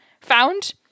found